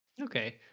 okay